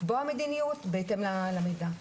לקבוע מדיניות בהתאם למידע.